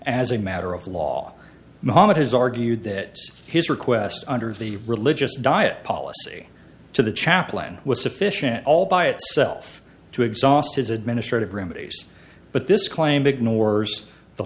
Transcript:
as a matter of law mohamad has argued that his request under the religious diet policy to the chaplain was sufficient all by itself to exhaust his administrative remedies but this claim ignores the